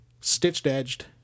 stitched-edged